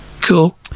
cool